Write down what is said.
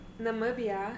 Namibia